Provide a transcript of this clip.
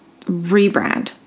rebrand